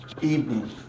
evening